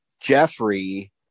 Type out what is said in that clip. jeffrey